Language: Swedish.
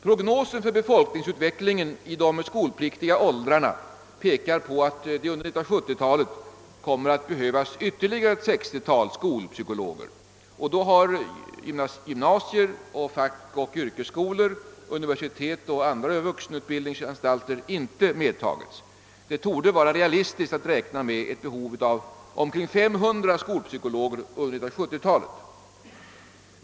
Prognosen för befolkningsutvecklingen i de skolpliktiga åldrarna pekar på att det under 1970-talet kommer att behövas ytterligare ett 60-tal skolpsykologer. Då har gymnasier, fackoch yrkesskolor, universitet och andra vuxenutbildningsanstalter inte medtagits. Det torde vara realistiskt att räkna med ett behov av omkring 500 skolpsykologer under 1970-talet.